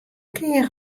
kear